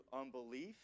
unbelief